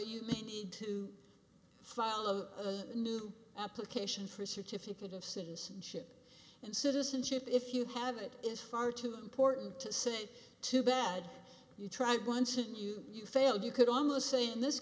you may need to file a new application for a certificate of citizenship and citizenship if you have it is far too important to say too bad you tried once and you you failed you could almost say in this